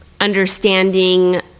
understanding